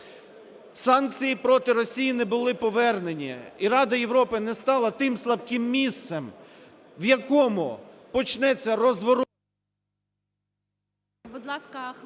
санкції проти Росії не були повернені, і Рада Європи не стала тим слабким місцем, в якому почнеться… Веде засідання